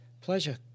Pleasure